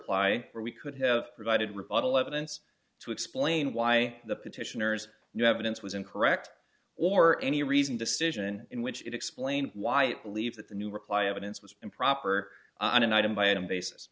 apply for we could have provided rebuttal evidence to explain why the petitioners new evidence was incorrect or any reason decision in which it explains why i believe that the new reply evidence was improper on an item by item basis